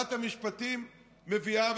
ושרת המשפטים מביאה,